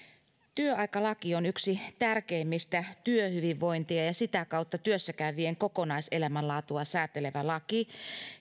työaikalaki on yksi tärkeimmistä työhyvinvointia ja ja sitä kautta työssä käyvien kokonaiselämänlaatua säätelevä laki